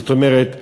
זאת אומרת,